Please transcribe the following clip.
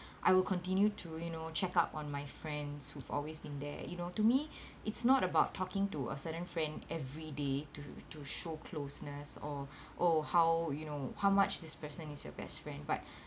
I will continue to you know check up on my friends who've always been there you know to me it's not about talking to a certain friend every day to to show closeness or or how you know how much this person is your best friend but